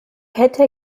hätte